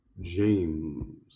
James